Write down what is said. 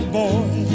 boy